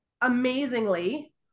amazingly